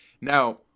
Now